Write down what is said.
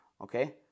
okay